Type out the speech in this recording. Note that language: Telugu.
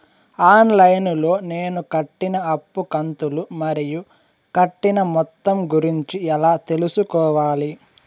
ఆన్ లైను లో నేను కట్టిన అప్పు కంతులు మరియు కట్టిన మొత్తం గురించి ఎలా తెలుసుకోవాలి?